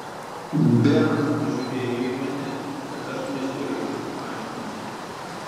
benas pažiūrėjo į mane bet aš nesiruošiau aiškinti